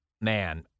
man